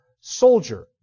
soldier